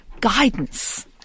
guidance